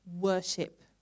worship